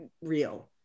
real